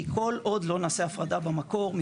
כי כל עוד לא נעשה הפרדה במקור,